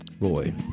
Boy